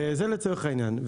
זה לצורך העניין.